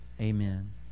amen